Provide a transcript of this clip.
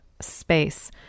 space